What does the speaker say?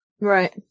Right